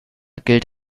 gilt